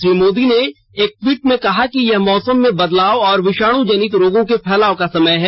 श्री मोदी ने एक ट्वीट में कहा कि यह मौसम में बदलाव और विषाणु जनित रोगों के फैलाव का समय है